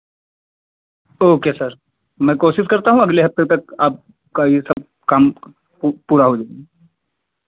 okay sir मैं कोशिश करता हूँ अगले हफ्ते तक आपका ये सब काम पूरा हो